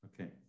Okay